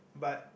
but